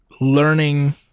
learning